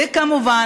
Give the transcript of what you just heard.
וכמובן,